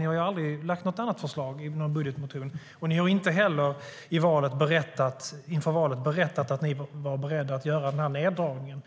Ni har aldrig lagt något annat förslag i någon budgetmotion, och ni har inte heller inför valet berättat att ni var beredda att göra den här neddragningen.